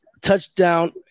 touchdown